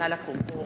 נא לקום.